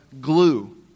glue